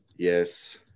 Yes